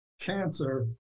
cancer